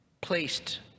placed